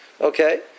Okay